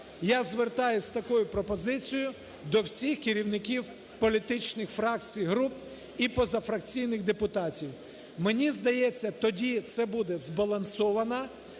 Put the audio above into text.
Я звертаюсь з такою пропозицією до всіх керівників політичних фракцій, груп і позафракційних депутатів. мені здається, тоді це буде збалансована,